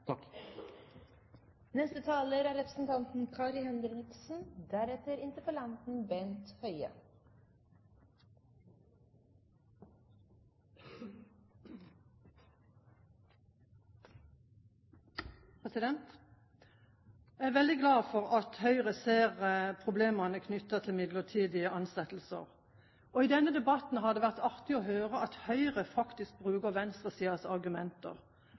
Jeg er veldig glad for at Høyre ser problemene knyttet til midlertidige ansettelser. I denne debatten har det vært artig å høre at Høyre faktisk bruker venstresidens argumenter: